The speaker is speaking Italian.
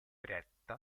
eretta